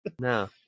No